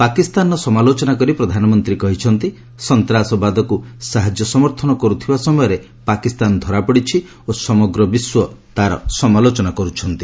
ପାକିସ୍ତାନର ସମାଲୋଚନା କରି ପ୍ରଧାନମନ୍ତ୍ରୀ କହିଛନ୍ତି ସନ୍ତାସବାଦକୁ ସାହାଯ୍ୟ ସମର୍ଥନ କର୍ଥିବା ସମୟରେ ପାକିସ୍ତାନ ଧରାପଡିଛି ଓ ସମଗ୍ର ବିଶ୍ୱ ତାହାର ସମାଲୋଚନା କର୍ତ୍ଥନ୍ତି